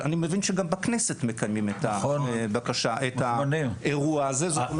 שאני מבין שגם בכנסת מקיימים את האירוע הזה.